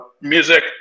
music